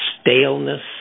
staleness